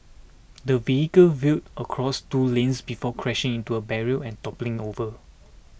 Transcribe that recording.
the vehicle veered across two lanes before crashing into a barrier and toppling over